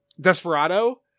Desperado